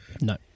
No